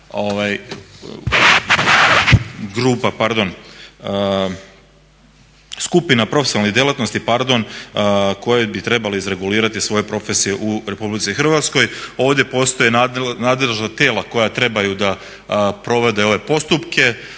skupina profesionalnih djelatnosti, pardon, koje bi trebale izregulirati svoje profesije u RH. Ovdje postoje nadležna tijela koja trebaju da provode ove postupke